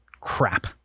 crap